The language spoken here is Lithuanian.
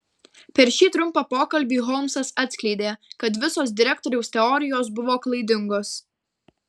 per šį trumpą pokalbį holmsas atskleidė kad visos direktoriaus teorijos buvo klaidingos